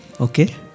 okay